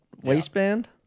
waistband